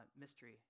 mystery